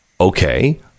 Okay